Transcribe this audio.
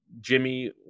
Jimmy –